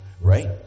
right